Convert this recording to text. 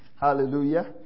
hallelujah